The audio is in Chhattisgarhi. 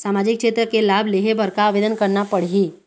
सामाजिक क्षेत्र के लाभ लेहे बर का आवेदन करना पड़ही?